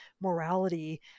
morality